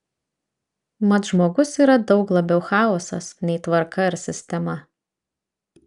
mat žmogus yra daug labiau chaosas nei tvarka ar sistema